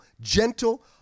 gentle